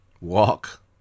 Walk